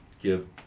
give